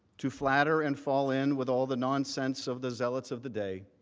to flatter and fall in with all the nonsense of the zealots of the day,